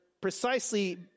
precisely